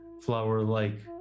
flower-like